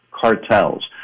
cartels